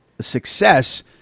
success